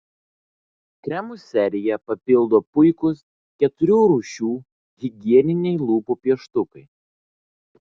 kremų seriją papildo puikūs keturių rūšių higieniniai lūpų pieštukai